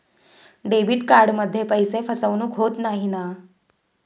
Debit कार्डमध्ये पैसे फसवणूक होत नाही ना?